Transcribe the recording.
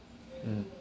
mm